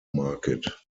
market